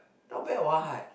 not bad what